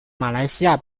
马来西亚